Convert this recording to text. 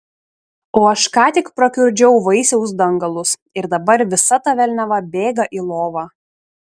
o aš ką tik prakiurdžiau vaisiaus dangalus ir dabar visa ta velniava bėga į lovą